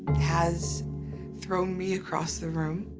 has thrown me across the room.